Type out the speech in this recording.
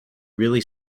really